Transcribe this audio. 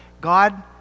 God